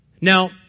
Now